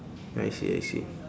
I see I see